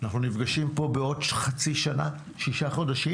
אנחנו נפגשים פה בעוד חצי שנה-שישה חודשים,